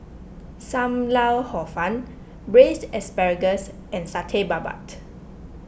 Sam Lau Hor Fun Braised Asparagus and Satay Babat